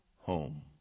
home